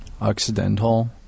occidental